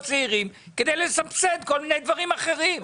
צעירים כדי לסבסד כל מיני דברים אחרים.